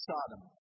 Sodom